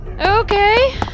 Okay